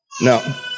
No